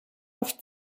auf